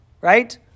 right